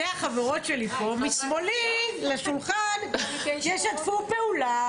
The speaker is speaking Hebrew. אם שתי החברות שלי משמאלי לשולחן ישתפו פעולה